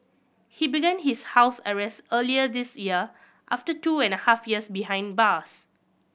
he began his house arrest earlier this year after two and a half years behind bars